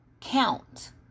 count